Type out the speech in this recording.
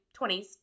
20s